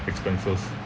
expenses